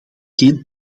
geen